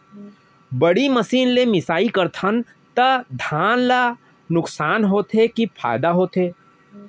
बड़ी मशीन ले मिसाई करथन त धान ल नुकसान होथे की फायदा होथे?